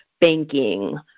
Banking